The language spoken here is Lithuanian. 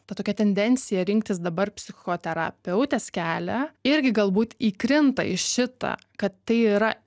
ta tokia tendencija rinktis dabar psichoterapeutės kelią irgi galbūt įkrinta iš šitą kad tai yra